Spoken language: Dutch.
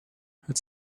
het